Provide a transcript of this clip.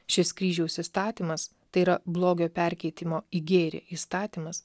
šis kryžiaus įstatymas tai yra blogio perkeitimo į gėrį įstatymas